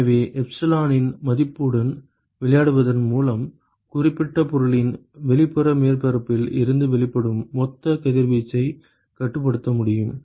எனவே எப்சிலானின் மதிப்புடன் விளையாடுவதன் மூலம் குறிப்பிட்ட பொருளின் வெளிப்புற மேற்பரப்பில் இருந்து வெளிப்படும் மொத்த கதிர்வீச்சைக் கட்டுப்படுத்த முடியும்